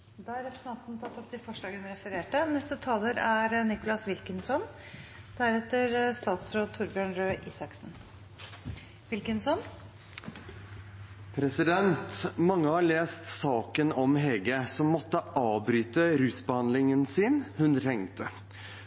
Representanten Lise Christoffersen har tatt opp det forslaget hun refererte til. Mange har lest saken om Hege som måtte avbryte rusbehandlingen sin, som hun trengte.